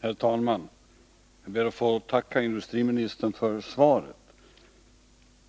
Herr talman! Jag ber att få tacka industriministern för svaret